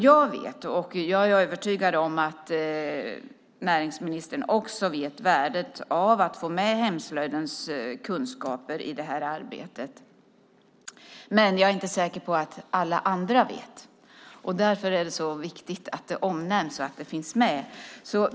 Jag vet, och är övertygad om att också näringsministern vet det, värdet av att få med hemslöjdens kunskaper i detta arbete. Men jag är inte säker på att alla andra vet det. Därför är det så viktigt att det omnämns och finns med.